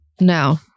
No